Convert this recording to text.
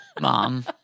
Mom